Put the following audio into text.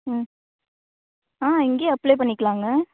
ம் ஆ இங்கேயே அப்ளே பண்ணிக்கலாங்க